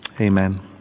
Amen